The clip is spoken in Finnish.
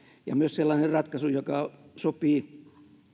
ja myös sellainen ratkaisu joka sopii